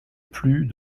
plus